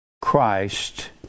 Christ